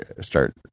start